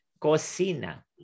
Cocina